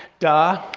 da,